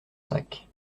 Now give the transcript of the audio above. sac